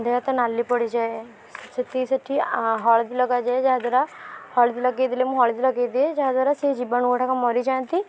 ଦେହ ହାତ ନାଲି ପଡ଼ିଯାଏ ସେଠି ହଳଦୀ ଲଗାଯାଏ ଯାହାଦ୍ୱାରା ହଳଦୀ ଲଗେଇ ଦେଲେ ମୁଁ ହଳଦୀ ଲଗେଇଦିଏ ଯାହାଦ୍ୱାରା ସେ ଜୀବାଣୁଗୁଡ଼ାକ ମରିଯାଆନ୍ତି